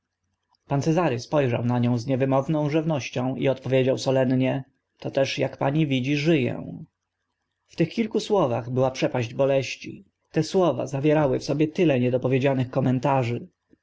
pan cezary spo rzał na nią z niewymowną rzewnością i odpowiedział solennie toteż ak pani widzi ży ę w tych kilku słowach była przepaść boleści te słowa zawierały w sobie tyle nie dopowiedzianych komentarzy